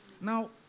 Now